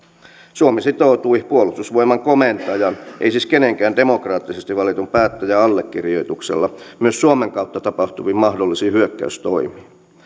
suomi sitoutui puolustusvoimain komentajan ei siis kenenkään demokraattisesti valitun päättäjän allekirjoituksella myös suomen kautta tapahtuviin mahdollisiin hyökkäystoimiin